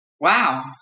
Wow